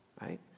right